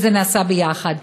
וזה נעשה ביחד,